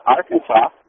Arkansas